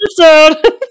episode